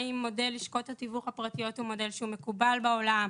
כמו אם מודל לשכות התיווך הפרטיות הוא מודל שמקובל בעולם,